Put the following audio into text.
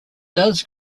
does